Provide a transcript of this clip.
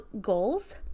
goals